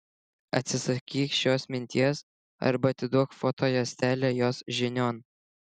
atsisakyk šios minties arba atiduok foto juostelę jos žinion